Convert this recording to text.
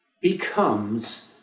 becomes